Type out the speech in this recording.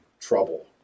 trouble